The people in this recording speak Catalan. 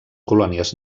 colònies